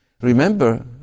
remember